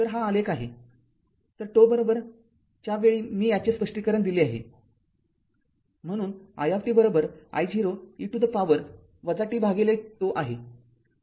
तर हा आलेख आहे तर τ च्या वेळी मी याचे स्पष्टीकरण दिले आहे म्हणून i t I0 e to the power t τ आहे